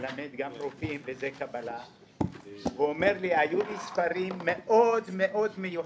מלמד גם רופאים וזה קבלה והוא אומר לי: היו לי ספרים מאוד מאוד מיוחדים,